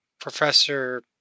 Professor